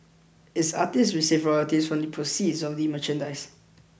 its artists receive royalties from the proceeds of the merchandise